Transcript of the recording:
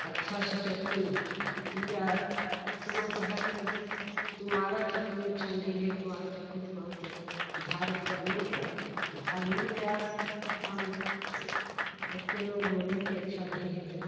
अच्छा से चक्कू ले आए तो मैं कही कि तुम्हारा चक्कू अच्छा नहीं है तुम्हारा चक्कू तो बहुत धार एकदम उड़ गया धार उड़ गया हम बच्चे लोग बोले कि अच्छा नहीं है चक्कू